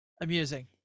amusing